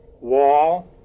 Wall